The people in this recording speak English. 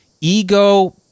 ego